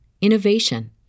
innovation